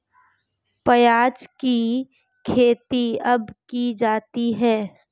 प्याज़ की खेती कब की जाती है?